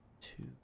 Two